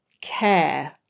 care